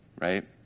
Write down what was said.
right